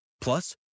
Plus